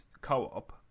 co-op